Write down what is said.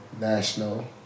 National